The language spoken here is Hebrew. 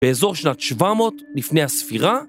באזור שנת 700 לפני הספירה